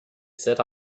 set